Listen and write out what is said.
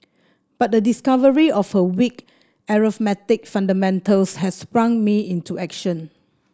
but the discovery of her weak arithmetic fundamentals has sprung me into action